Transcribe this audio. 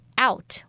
out